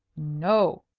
no!